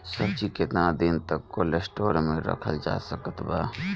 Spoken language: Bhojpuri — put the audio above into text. सब्जी केतना दिन तक कोल्ड स्टोर मे रखल जा सकत बा?